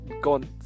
gone